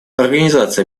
организация